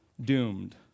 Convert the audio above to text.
doomed